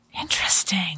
Interesting